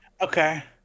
Okay